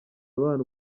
abana